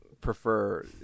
prefer